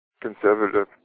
conservative